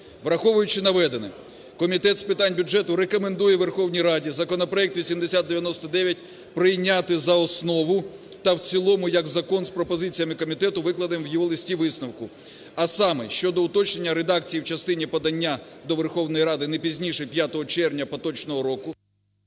Враховуючи наведене, Комітет з питань бюджету рекомендує Верховній Раді законопроект 8099 прийняти за основу та в цілому як закон, з пропозиціями комітету, викладеними в його листі-висновку, а саме: щодо уточнення редакції в частині подання до Верховної Ради не пізніше 5 червня поточного року…